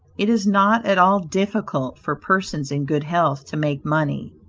it is not at all difficult for persons in good health to make money.